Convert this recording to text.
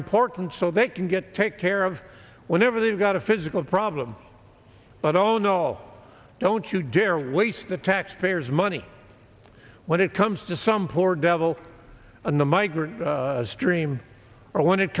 important so they can get take care of whenever they've got a physical problem but oh no don't you dare waste the taxpayers money when it comes to some poor devil in the migrant stream or when it